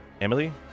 Emily